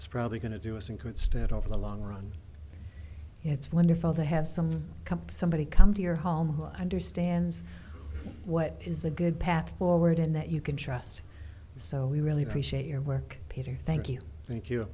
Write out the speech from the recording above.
it's probably going to do us in good stead over the long run it's wonderful to have some companies somebody come to your home who understands what is a good path forward and that you can trust so we really appreciate your work peter thank you thank you